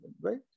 right